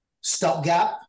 stopgap